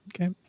Okay